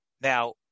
Now